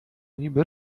niby